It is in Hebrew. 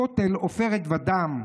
/ הכותל, עופרת ודם".